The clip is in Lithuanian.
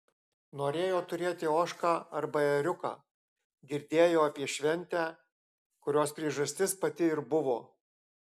norėjo turėti ožką arba ėriuką girdėjo apie šventę kurios priežastis pati ir buvo